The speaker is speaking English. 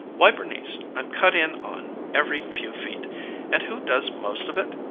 why, bernice, i'm cut in on every few feet and who does most of it?